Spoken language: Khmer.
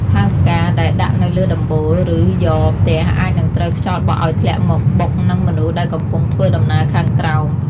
ផើងផ្កាដែលដាក់នៅលើដំបូល ឬយ៉រផ្ទះអាចនឹងត្រូវខ្យល់បក់ឱ្យធ្លាក់មកបុកនឹងមនុស្សដែលកំពុងធ្វើដំណើរខាងក្រោម។